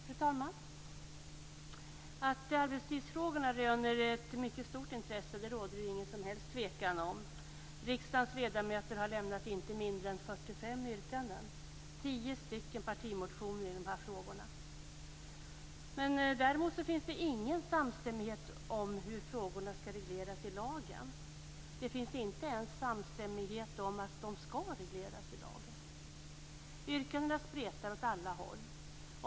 Fru talman! Att arbetstidsfrågorna röner ett mycket stort intresse råder det inga som helst tvivel om. Riksdagens ledamöter har lämnat inte mindre än Däremot finns det ingen samstämmighet om hur frågorna skall regleras i lagen. Det råder inte ens samstämmighet om huruvida de skall regleras i lagen. Yrkandena spretar åt alla håll.